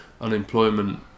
unemployment